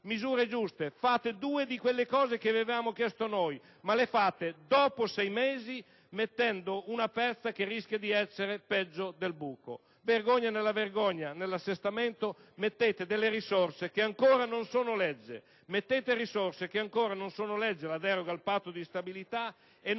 misure giuste; fate due di quelle cose che abbiamo chiesto noi, ma le fate dopo sei mesi, mettendo una pezza che rischia di essere peggiore del buco. Vergogna nella vergogna! Nell'assestamento mettete delle risorse che ancora non sono legge, come la deroga al Patto di stabilità, e non inserite